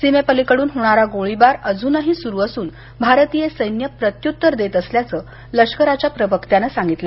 सीमेपलीकडून होणारा गोळीबार अजूनही सुरु असून भारतीय सैन्य प्रत्युत्तर देत असल्याचं लष्कराच्या प्रवक्त्यांनं सांगितलं